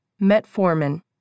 metformin